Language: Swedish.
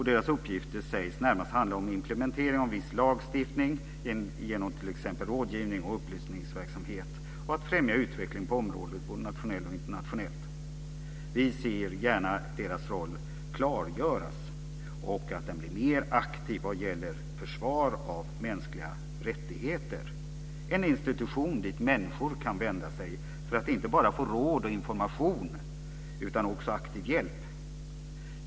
Deras uppgifter sägs närmast handla om att implementera viss lagstiftning genom t.ex. rådgivnings och upplysningsverksamhet och om att främja utveckling på området både nationellt och internationellt. Vi ser gärna att deras roll klargörs och blir mer aktiv vad gäller försvar av mänskliga rättigheter. Det ska vara en institution dit människor kan vända sig, inte bara för att få råd och information utan också aktiv hjälp.